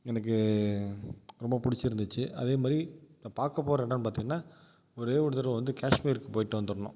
எனக்கு ரொம்ப பிடிச்சுருந்துச்சு அதே மாதிரி நான் பார்க்க போகிற இடம் பார்த்தீங்கன்னா ஒரே ஒரு தடவை வந்து காஷ்மீருக்கு போய்ட்டு வந்துடணும்